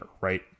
right